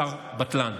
שר בטלן.